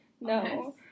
no